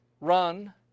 run